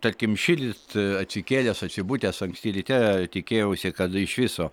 tarkim šįryt atsikėlęs atsibudęs anksti ryte tikėjausi kad iš viso